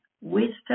wisdom